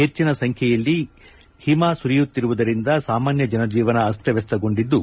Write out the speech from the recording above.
ಹೆಚ್ಚಿನ ಸಂಖ್ಯೆಯಲ್ಲಿ ಹಿಮ ಸುರಿಯುತ್ತಿರುವುದರಿಂದ ಸಾಮಾನ್ಯ ಜನಜೀವನ ಅಸ್ತವ್ಯಸ್ತಗೊಂಡಿದ್ದು